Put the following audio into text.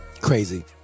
crazy